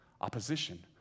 opposition